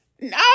No